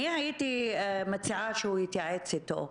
הייתי מציעה שהוא יתייעץ אתו.